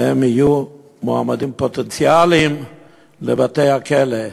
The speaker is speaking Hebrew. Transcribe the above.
והם יהיו מועמדים פוטנציאליים לבתי-הכלא,